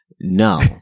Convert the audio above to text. No